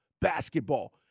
basketball